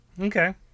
okay